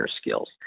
skills